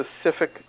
specific